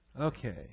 Okay